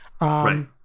Right